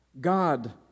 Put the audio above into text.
God